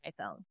iPhone